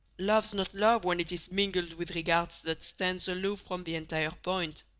love's not love when it is mingled with regards that stands aloof from the entire point.